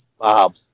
Bob